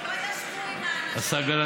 לא ישבו עם האנשים, גפני,